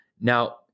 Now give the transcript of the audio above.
Now